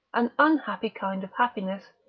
an unhappy kind of happiness,